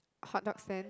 hot dogs stand